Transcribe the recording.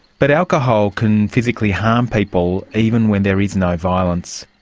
but alcohol can physically harm people even when there is no violence,